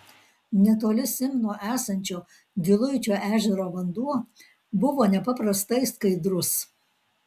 netoli simno esančio giluičio ežero vanduo buvo nepaprastai skaidrus